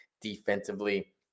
defensively